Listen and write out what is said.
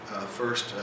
first